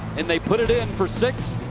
and they put it in for six,